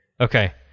Okay